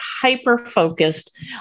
hyper-focused